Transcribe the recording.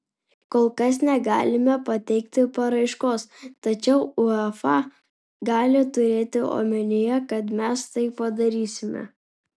kol kas negalime pateikti paraiškos tačiau uefa gali turėti omenyje kad mes tai padarysime